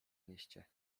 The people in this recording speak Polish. mieście